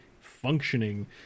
functioning